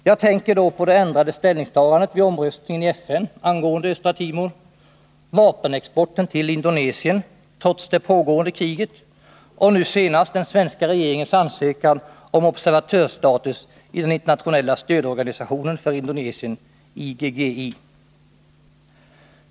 Jag tänker då på det ändrade ställningstagandet vid omröstningen i FN angående Östra Timor, vapenexporten till Indonesien trots det pågående kriget och nu senast den svenska regeringens ansökan om observatörstatus i den internationella stödorganisationen för Indonesien, IGGI.